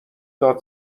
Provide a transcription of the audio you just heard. داد